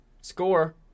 Score